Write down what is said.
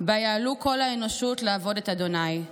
שבה יעלו כל האנושות לעבוד את השם: